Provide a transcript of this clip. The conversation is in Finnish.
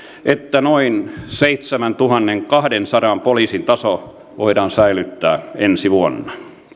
että noin seitsemäntuhannenkahdensadan poliisin taso voidaan säilyttää ensi vuonna